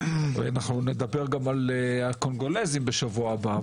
אנחנו נדבר על קונגולזים בשבוע הבא,